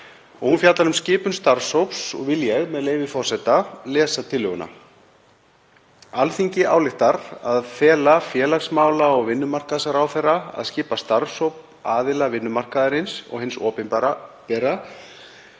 Hún fjallar um skipun starfshóps og vil ég, með leyfi forseta, lesa tillöguna: „Alþingi ályktar að fela félagsmála- og vinnumarkaðsráðherra að skipa starfshóp aðila vinnumarkaðarins og hins opinbera sem